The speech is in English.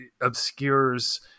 obscures